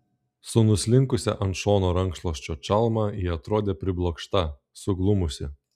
su nuslinkusia ant šono rankšluosčio čalma ji atrodė priblokšta suglumusi